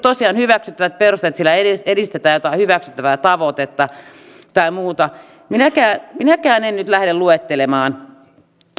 tosiaan hyväksyttävät perusteet että sillä edistetään jotain hyväksyttävää tavoitetta tai muuta minäkään minäkään en nyt lähde luettelemaan